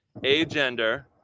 agender